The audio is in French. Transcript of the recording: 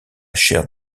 chaire